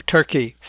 Turkey